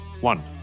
One